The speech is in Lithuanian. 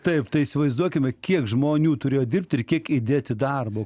taip tai įsivaizduokime kiek žmonių turėjo dirbt ir kiek įdėti darbo